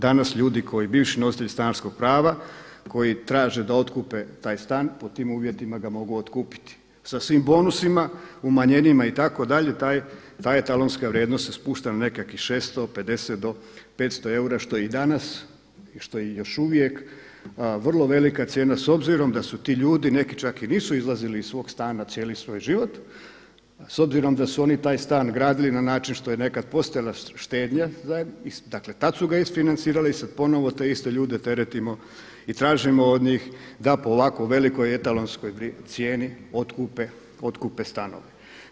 Danas ljudi bivši nositelji stanarskog prava koji traže da otkupe taj stan pod tim uvjetima ga mogu otkupiti sa svim bonusima, umanjenjima itd. ta etalonska vrijednost se spušta na nekakvih 650 do 500 eura što je danas i što je još uvijek vrlo velika cijena s obzirom da su ti ljudi neki čak i nisu izlazili iz svog stana cijeli svoj život, s obzirom da su oni taj stan gradili na način što je nekada postojala štednja, dakle tada su ga isfinancirali i sada ponovo te iste ljude teretimo i tražimo od njih da po ovako velikoj etalonskoj cijeni otkupe stanove.